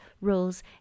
roles